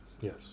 yes